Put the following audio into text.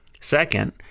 Second